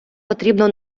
потрібно